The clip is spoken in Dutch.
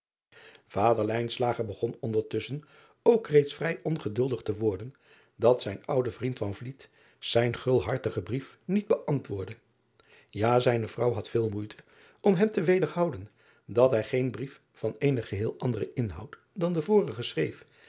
ader begon ondertusschen ook reeds vrij ongeduldig te worden dat zijn oude vriend zijn gulhartigen brief niet beantwoordde ja zijne vrouw had veel moeite om hem te wederhouden dat hij geen brief van eenen geheel anderen inhoud dan de vorige